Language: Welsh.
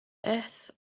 beth